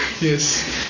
Yes